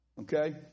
okay